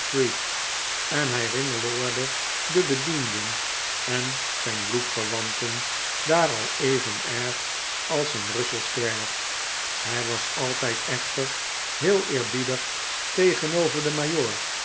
en hij ringeloorde de bedienden en zijn bloedverwanten daar al even erg als in russell square hij was altijd echter heel eerbiedig tegenover den